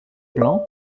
blanc